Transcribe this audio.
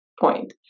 point